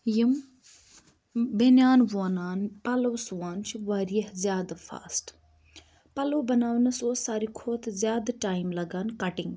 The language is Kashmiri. یِم بنیان وونان پَلو سُوان چھِ وارِیاہ زیادٕ فاسٹ پَلو بَناونَس اوس سٲری کھۄتہٕ زیادٕ ٹایم لَگان کَٹِنگ